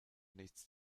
nichts